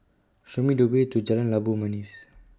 Show Me The Way to Jalan Labu Manis